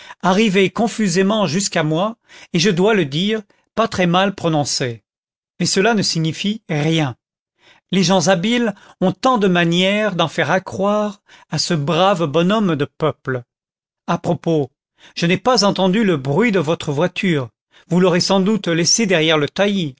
arrivé confusément jusqu'à moi et je dois le dire pas très mal prononcé mais cela ne signifie rien les gens habiles ont tant de manières d'en faire accroire à ce brave bonhomme de peuple à propos je n'ai pas entendu le bruit de votre voiture vous l'aurez sans doute laissée derrière le